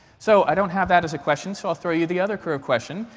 so i don't have that as a question. so i'll throw you the other curve question,